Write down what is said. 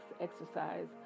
exercise